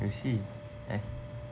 you see eh